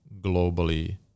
globally